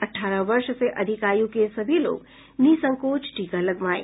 अठारह वर्ष से अधिक आयु के सभी लोग निःसंकोच टीका लगवाएं